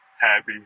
happy